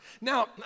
Now